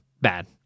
bad